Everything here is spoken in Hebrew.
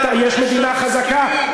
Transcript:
היום יש מדינה חזקה,